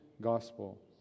gospel